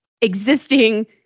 existing